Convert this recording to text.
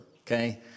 okay